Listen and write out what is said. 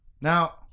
Now